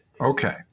Okay